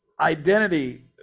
identity